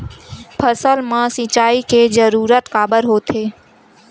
फसल मा सिंचाई के जरूरत काबर होथे?